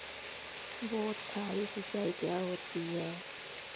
बौछारी सिंचाई क्या होती है?